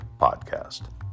Podcast